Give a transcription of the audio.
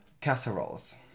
casseroles